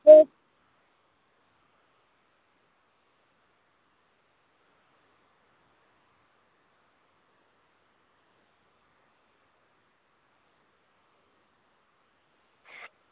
ते